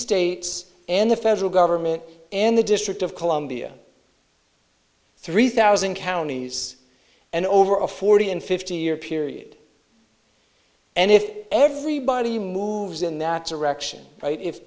states and the federal government in the district of columbia three thousand counties and over a forty and fifty year period and if everybody moves in that direction right if